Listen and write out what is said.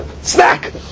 snack